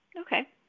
Okay